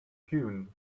hewn